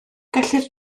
gellir